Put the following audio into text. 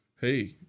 hey